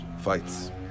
fights